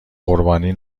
قربانی